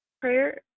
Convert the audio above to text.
prayer